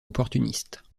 opportuniste